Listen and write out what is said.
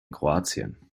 kroatien